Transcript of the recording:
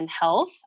health